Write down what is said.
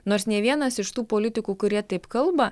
nors nei vienas iš tų politikų kurie taip kalba